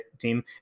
team